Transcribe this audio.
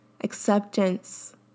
acceptance